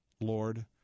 Lord